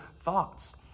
thoughts